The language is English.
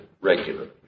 regularly